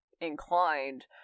inclined